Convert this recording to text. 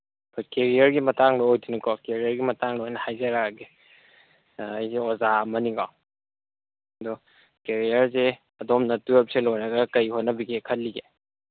ꯀꯦꯔꯤꯌꯔꯒꯤ ꯃꯇꯥꯡꯗ ꯑꯣꯏꯗꯣꯏꯅꯤꯀꯣ ꯀꯦꯔꯤꯌꯔꯒꯤ ꯃꯇꯥꯡꯗ ꯑꯣꯏꯅ ꯍꯥꯏꯖꯔꯛꯑꯒꯦ ꯑꯩꯁꯨ ꯑꯣꯖꯥ ꯑꯃꯅꯤꯀꯣ ꯑꯗꯣ ꯀꯦꯔꯤꯌꯔꯁꯦ ꯑꯗꯣꯝꯅ ꯇ꯭ꯋꯦꯜꯐꯁꯦ ꯂꯣꯏꯔꯒ ꯀꯔꯤ ꯍꯣꯠꯅꯕꯤꯒꯦ ꯈꯜꯂꯤꯒꯦ